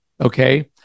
okay